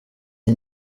iyi